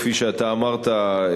כפי שאתה אמרת,